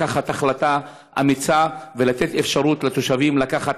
לקחת החלטה אמיצה ולתת אפשרות לתושבים לקחת